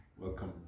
welcome